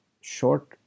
short